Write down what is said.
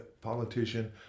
politician